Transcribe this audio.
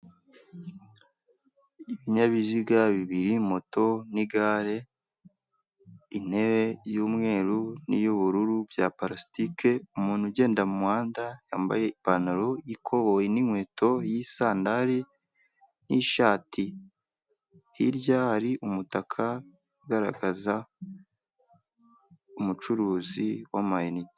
Ibinyabiziga bibiri, moto n'igare, intebe y'umweru n'iy'ubururu bya parasitike, umuntu ugenda mu muhanda yambaye ipantaro y'ikoboyi n'inkweto y'isandari n'ishati, hirya hari umutaka ugaragaza umucuruzi w'amayinite.